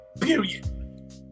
Period